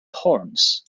horns